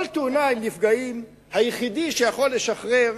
בכל תאונה עם נפגעים היחידי שיכול לשחרר